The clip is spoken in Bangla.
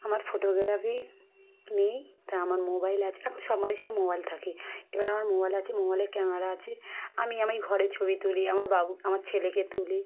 আমার ফটোগ্রাফি নেই তা আমার মোবাইল আছে এখন সব মানুষের মোবাইল থাকে এবার আমার মোবাইল আছে মোবাইলের ক্যামেরা আছে আমি আমি ঘরে ছবি তুলি আমার বাবু আমার ছেলেকে তুলি